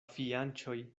fianĉoj